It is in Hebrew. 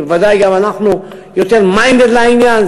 כי בוודאי גם אנחנו יותר minded לעניין,